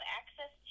access